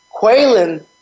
Quaylen